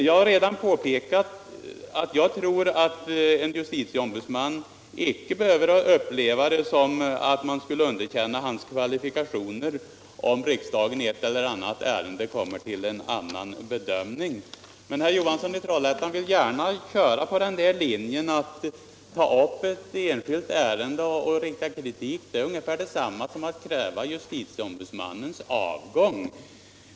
Jag tror som sagt inte att en justiticombudsman behöver uppleva det så att riksdagen underkänner hans kvalifikationer, om riksdagen i ett eller annat ärende kommer till en annan bedömning. Mcn herr Johansson 1 Trollhättan vill gärna köra på linjen att tar man upp cett enskilt ärende och riktar kritik mot handläggningen av det, så är det ungefär detsamma som att kräva justitieombudsmannens avgång.